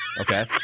Okay